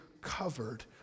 covered